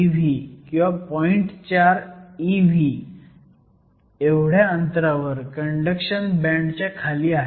4 ev एवढ्या अंतरावर conduction बँडच्या खाली आहे